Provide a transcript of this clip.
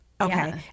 okay